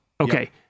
okay